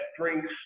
drinks